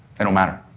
they don't matter,